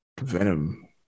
venom